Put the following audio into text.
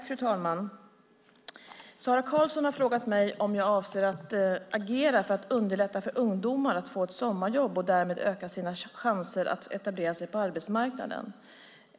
Fru talman! Sara Karlsson har frågat mig om jag avser att agera för att underlätta för ungdomar att få ett sommarjobb och därmed öka sina chanser att etablera sig på arbetsmarknaden.